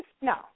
No